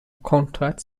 conrad